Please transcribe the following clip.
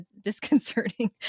disconcerting